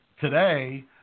today